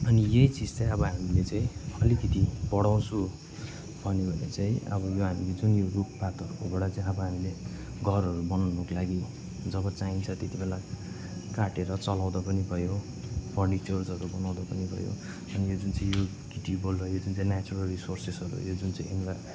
अनि यही चिज चाहिँ अब हामीले चाहिँ अलिकति बढाउँछु भन्यो भने चाहिँ अब यो हामीले चाहिँ यो रुखपातहरूबाट अब हामीले घरहरू बनाउनको लागि जब चाहिन्छ त्यति बेला काटेर चलाउँदा पनि भयो फर्निचरहरू बनाउँदा पनि भयो अनि यो जुन चाहिँ यो गिटी बलुवा यो नेचरल रिसोर्सेसहरू यो जुन चाहिँ